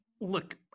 look –